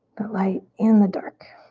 the light and the dark.